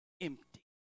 empty